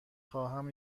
خواهم